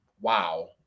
wow